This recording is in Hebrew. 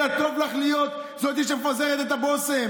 אלא שטוב לך להיות זאת שמפזרת את הבושם.